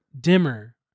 dimmer